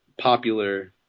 popular